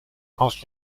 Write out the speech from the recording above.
als